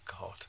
god